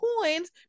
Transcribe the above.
coins